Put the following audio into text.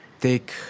take